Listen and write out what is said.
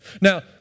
Now